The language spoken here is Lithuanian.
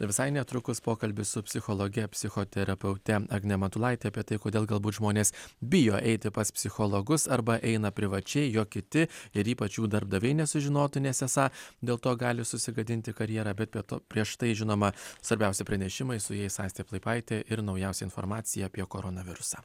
visai netrukus pokalbis su psichologe psichoterapeute agne matulaite apie tai kodėl galbūt žmonės bijo eiti pas psichologus arba eina privačiai jog kiti ir ypač darbdaviai nesužinotų nes esą dėl to gali susigadinti karjerą bet to prieš tai žinoma svarbiausi pranešimai su jais aistė plaipaitė ir naujausia informacija apie koronavirusą